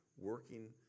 working